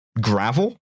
gravel